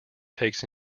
takes